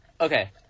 okay